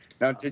Now